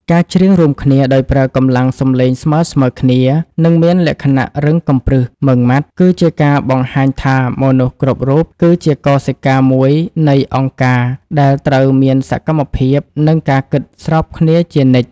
ការច្រៀងរួមគ្នាដោយប្រើកម្លាំងសម្លេងស្មើៗគ្នា និងមានលក្ខណៈរឹងកំព្រឹស ម៉ឺងម៉ាត់ គឺជាការបង្ហាញថាមនុស្សគ្រប់រូបគឺជាកោសិកាមួយនៃអង្គការ ដែលត្រូវមានសកម្មភាព និងការគិតស្របគ្នាជានិច្ច។